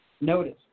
Notice